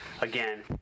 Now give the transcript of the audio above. Again